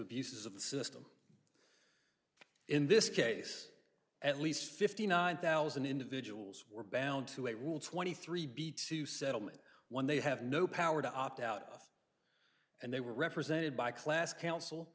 abuses of the system in this case at least fifty nine thousand individuals were bound to a rule twenty three b two settlement one they have no power to opt out and they were represented by class council